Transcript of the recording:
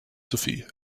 sophie